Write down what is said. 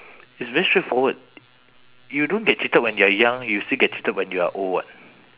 it's very straightforward you don't get cheated when you are young you still get cheated when you are old [what]